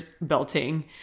belting